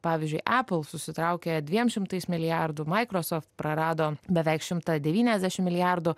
pavyzdžiui apple susitraukė dviem šimtais milijardų microsoft prarado beveik šimtą devyniasdešim milijardų